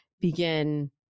begin